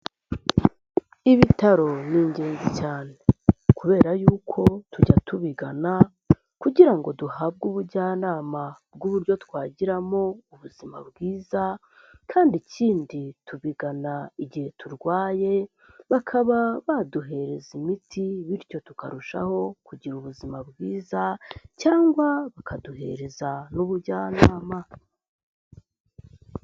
Ibitaro ni ingenzi cyane kubera yuko tujya tubigana kugira ngo duhabwe ubujyanama bw'uburyo twagiramo ubuzima bwiza kandi ikindi tubigana igihe turwaye, bakaba baduhereza imiti bityo tukarushaho kugira ubuzima bwiza cyangwa bakaduhereza n'ubujyanama.